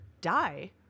die